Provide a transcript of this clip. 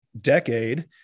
decade